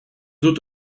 dut